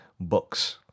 books